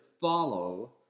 follow